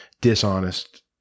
dishonest